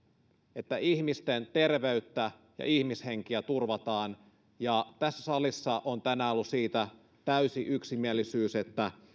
että ihmisten terveyttä ja ihmishenkiä turvataan ja tässä salissa on tänään ollut täysi yksimielisyys siitä että